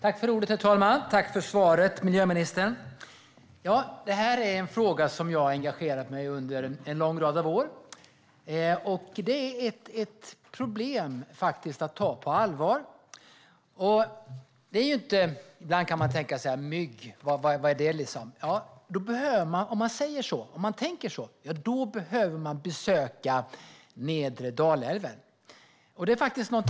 Herr talman! Tack för svaret, miljöministern! Det här är en fråga som jag har engagerat mig i under en lång rad av år. Det här är ett problem att faktiskt ta på allvar. Ibland kan man tänka: Mygg, vad är det för problem? Men om man tänker så behöver man besöka nedre Dalälven.